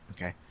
Okay